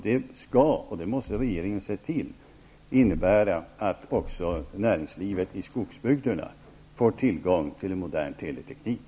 Det innebär, och det måste regeringen se till, att också näringslivet i skogsbygderna får tillgång till en modern teleteknik.